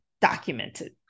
documented